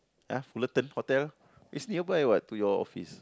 uh Fullerton-Hotel is nearby what to your office